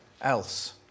else